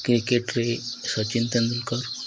କ୍ରିକେଟରେ ସଚିନ ତେନ୍ଦୁଲକର